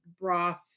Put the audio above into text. broth